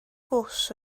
bws